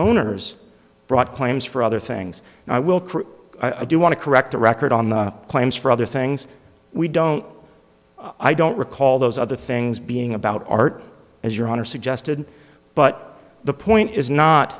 owners brought claims for other things i will quote i do want to correct the record on the claims for other things we don't i don't recall those other things being about art as your honor suggested but the point is not